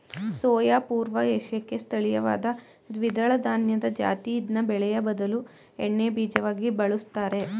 soya ಪೂರ್ವ ಏಷ್ಯಾಕ್ಕೆ ಸ್ಥಳೀಯವಾದ ದ್ವಿದಳಧಾನ್ಯದ ಜಾತಿ ಇದ್ನ ಬೇಳೆಯ ಬದಲು ಎಣ್ಣೆಬೀಜವಾಗಿ ಬಳುಸ್ತರೆ